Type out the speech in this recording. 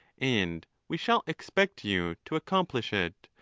and we shall expect you to accomplish it,